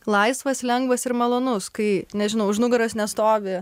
laisvas lengvas ir malonus kai nežinau už nugaros nestovi